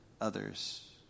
others